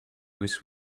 this